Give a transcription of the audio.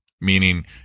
meaning